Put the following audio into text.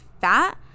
fat